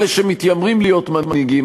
ואלה שמתיימרים להיות מנהיגים,